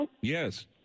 Yes